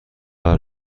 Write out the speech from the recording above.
آور